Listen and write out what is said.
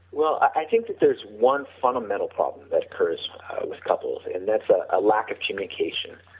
well i think that there's one fundamental problem that occurs with couples, and that's a ah lack of communication,